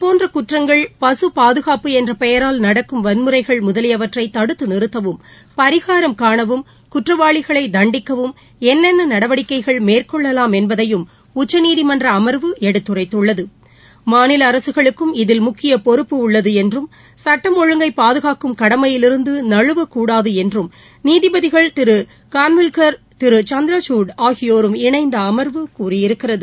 போன்றகுற்றங்கள் பசுபாதுகாப்பு என்ற்பெயரால் இது நடக்கும் வன்முறைகள் முதலியவற்றைதடுத்துநிறுத்தவும் பரிகாரம் காணவும் குற்றவாளிகளைதண்டிக்கவும் என்னென்னநடவடிக்கைகள் மேற்கொள்ளலாம் என்பதையும் உச்சநீதிமன்றஅமா்வு எடுத்துரைத்துள்ளது மாநிலஅரசுகளுக்கும் இதில் முக்கியபொறுப்பு உள்ளதுஎன்றும் சட்டம் ஒழுங்கை பாதுகாக்கும் கடமையிலிருந்துநமுவக்கூடாதுஎன்றும் நீதிபதிகள் திருகான்விலாக்கா் திருசந்திரகுட் ஆகியோரும் இணைந்தஅமர்வு கூறியிருக்கிறது